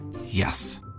Yes